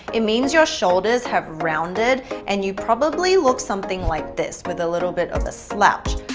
it means your shoulders have rounded, and you probably look something like this with a little bit of a slouch,